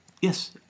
Yes